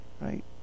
right